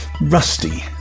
rusty